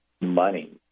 money